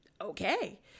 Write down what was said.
okay